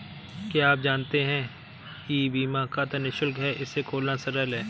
क्या आप जानते है ई बीमा खाता निशुल्क है, इसे खोलना सरल है?